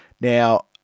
Now